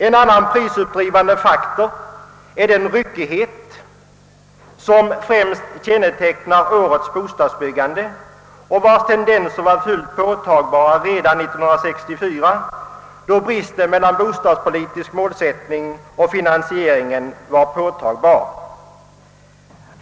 En annan prisuppdrivande faktor är den ryckighet som främst kännetecknar årets bostadsbyggande och vars tendenser var påtagbara redan 1964, då bristen mellan bostadspolitisk målsättning och finansiering klart framträdde.